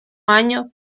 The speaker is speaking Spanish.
año